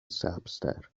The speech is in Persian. سبزتر